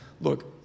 look